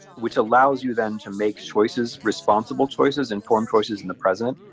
which allows you then to make choices, responsible choices, informed choices, in the present,